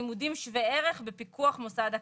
"לימודים שווי ערך בפיקוח מוסד אקדמי"